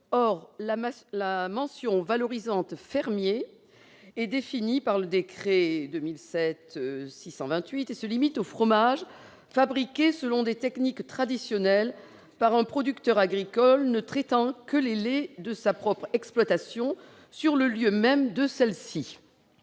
Or la mention valorisante « fermier » est définie par le décret n° 2007-628 et se limite aux fromages « fabriqués selon des techniques traditionnelles par un producteur agricole ne traitant que les laits de sa propre exploitation sur le lieu même de celle-ci